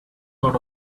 sort